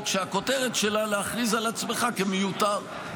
שהכותרת שלה להכריז על עצמך כמיותר.